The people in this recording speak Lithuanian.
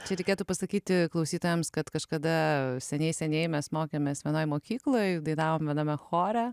čia reikėtų pasakyti klausytojams kad kažkada seniai seniai mes mokėmės vienoje mokykloje dainavome viename chore